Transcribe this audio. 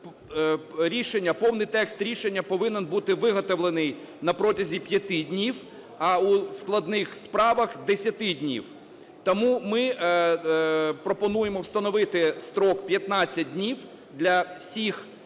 повний текст рішення повинен бути виготовлений на протязі 5 днів, а у складних справах – 10 днів. Тому ми пропонуємо встановити строк 15 днів для всіх